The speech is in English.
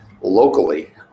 locally